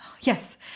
Yes